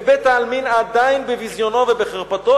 ובית-העלמין עדיין בביזיונו ובחרפתו,